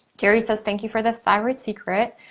teri says, thank you for the thyroid secret.